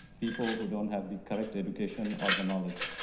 people who don't have the correct education or the knowledge.